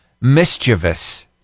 mischievous